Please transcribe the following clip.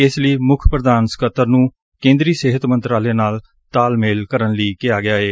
ਇਸ ਲਈ ਮੁੱਖ ਪ੍ਰਧਾਨ ਸਕੱਤਰ ਨੂੰ ਕੇ'ਦਰੀ ਸਿਹਤ ਮੰਤਰਾਲੇ ਨਾਲ ਤਾਲਮੇਲ ਕਰਨ ਲਈ ਕਿਹਾ ਗਿਐ